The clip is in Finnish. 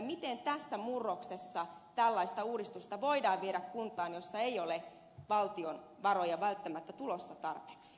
miten tässä murroksessa tällaista uudistusta voidaan viedä kuntaan jossa ei ole valtion varoja välttämättä tulossa tarpeeksi